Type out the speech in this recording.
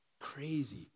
crazy